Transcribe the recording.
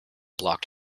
blocked